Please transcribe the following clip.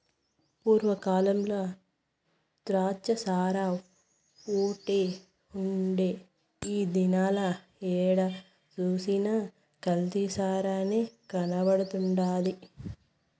పూర్వ కాలంల ద్రాచ్చసారాఓటే ఉండే ఈ దినాల ఏడ సూసినా కల్తీ సారనే కనబడతండాది